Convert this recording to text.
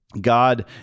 God